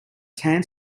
tan